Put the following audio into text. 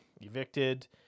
evicted